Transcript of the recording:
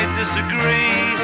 disagree